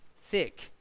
thick